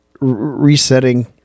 resetting